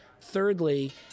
Thirdly